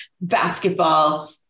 basketball